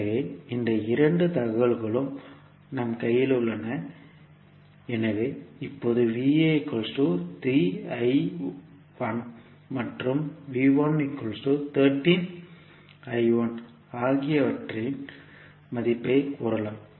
எனவே இந்த இரண்டு தகவல்களும் நம் கையில் உள்ளன எனவே இப்போது மற்றும் ஆகியவற்றின் மதிப்பைக் கூறலாம்